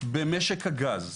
במשק הגז.